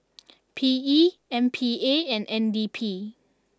P E M P A and N D P